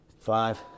five